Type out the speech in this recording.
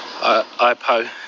IPO